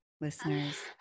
listeners